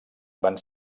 van